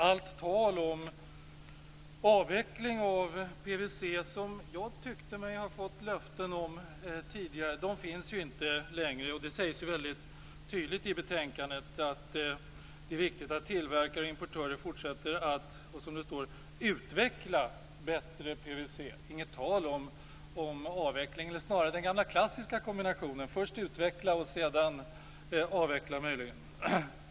Allt tal om en avveckling av PVC, som jag tyckte mig ha fått löfte om tidigare, är nu borta. Det sägs väldigt tydligt i betänkandet att det är viktigt att tillverkare och importörer fortsätter att "utveckla bättre PVC". Det är inget tal om avveckling. Snarare är det fråga om den gamla klassiska kombinationen: först utveckla och sedan avveckla.